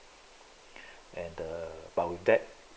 and uh bout that